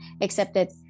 accepted